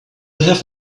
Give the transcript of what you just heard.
have